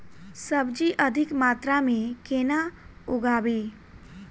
सब्जी अधिक मात्रा मे केना उगाबी?